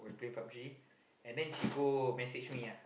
play PUB-G and then she go message me ah